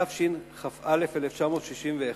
התשכ"א 1961,